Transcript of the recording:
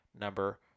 number